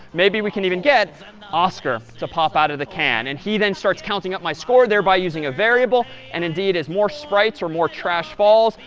maybe we can even get oscar to pop out of the can. and he, then, starts counting up my score, thereby using a variable, and indeed, as more sprites or more trash falls,